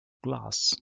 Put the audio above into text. glass